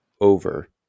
over